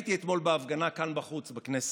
הייתי אתמול בהפגנה כאן בחוץ, בכנסת.